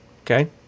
okay